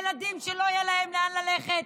ילדים שלא יהיה להם לאן ללכת,